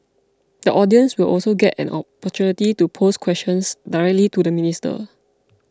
the audience will also get an opportunity to pose questions directly to the minister